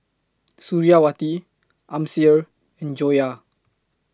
Suriawati Amsyar and Joyah